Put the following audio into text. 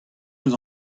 eus